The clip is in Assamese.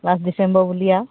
লাষ্ট ডিচেম্বৰ বুলি আৰু